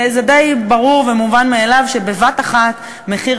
זה די ברור ומובן מאליו שבבת-אחת מחיר